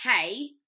hey